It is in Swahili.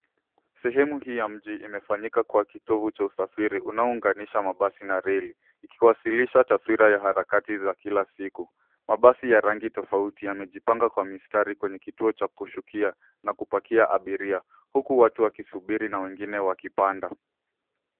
Sehemu hii ya mji imefanyika kwa kitovu cha usafiri unaounganisha mabasi na reli ikiwasilisha taswira ya harakati za kila siku. Mabasi ya rangi tofauti yamejipanga kwa mistari kwenye kituo cha kushukia na kupakia abiria huku watu wakisubiri na wengine wakipanda.